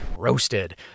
roasted